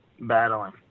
battling